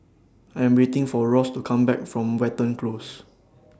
I Am waiting For Ross to Come Back from Watten Close